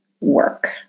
work